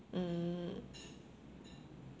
mm